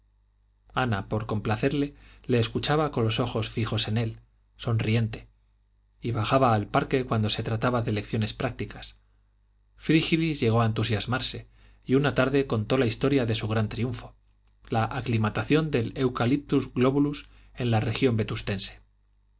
ana por complacerle le escuchaba con los ojos fijos en él sonriente y bajaba al parque cuando se trataba de lecciones prácticas frígilis llegó a entusiasmarse y una tarde contó la historia de su gran triunfo la aclimatación del eucaliptus globulus en la región